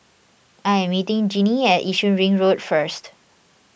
I am meeting Jeanie at Yishun Ring Road first